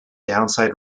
downside